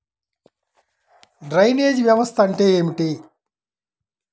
Drainage వ్యవస్థ అంటే ఏమిటి?